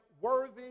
worthy